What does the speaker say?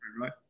right